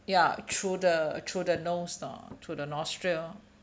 ya through the through the nose or through the nostril